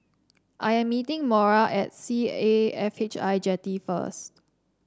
I am meeting Mora at C A F H I Jetty first